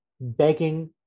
begging